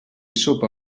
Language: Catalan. sopa